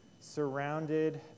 surrounded